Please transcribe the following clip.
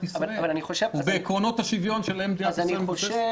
ישראל ובעקרונות השוויון שעליהם מדינת ישראל מבוססת.